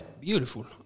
beautiful